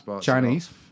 chinese